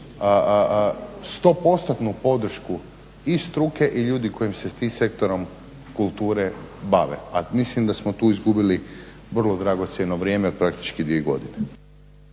100%-tnu podršku i struke i ljudi koji se tim sektorom kulture bave a mislim da smo tu izgubili vrlo dragocjeno vrijeme, praktički dvije godine.